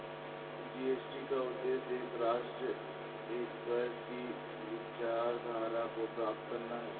GST का उद्देश्य एक राष्ट्र, एक कर की विचारधारा को प्राप्त करना है